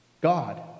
god